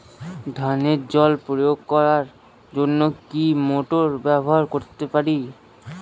ধানে জল প্রয়োগ করার জন্য কি মোটর ব্যবহার করতে পারি?